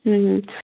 ഉം